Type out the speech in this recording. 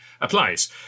applies